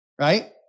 Right